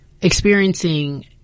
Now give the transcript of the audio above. experiencing